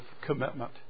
commitment